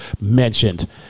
mentioned